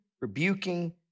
rebuking